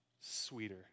sweeter